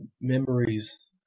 memories